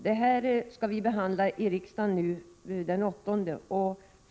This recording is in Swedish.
Den frågan skall vi behandla i riksdagen den 8 april.